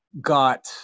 got